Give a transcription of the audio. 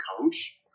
coach